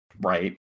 right